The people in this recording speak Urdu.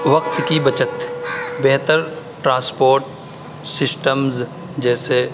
وقت کی بچت بہتر ٹرانسپورٹ سسٹمس جیسے